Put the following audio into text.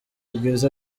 bwiza